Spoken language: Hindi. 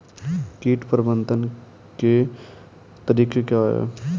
कीट प्रबंधन के तरीके क्या हैं?